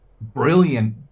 brilliant